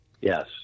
Yes